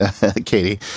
katie